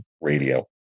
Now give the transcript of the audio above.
radio